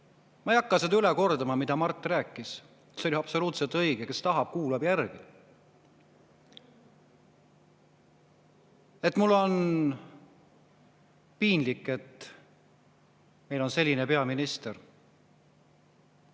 Ma ei hakka seda üle kordama, mida Mart rääkis, see oli absoluutselt õige. Kes tahab, kuulab järele. Mul on piinlik, et meil on selline peaminister.